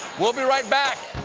we'll be right back.